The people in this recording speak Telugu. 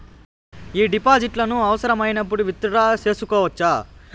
ఈ డిపాజిట్లను అవసరమైనప్పుడు విత్ డ్రా సేసుకోవచ్చా?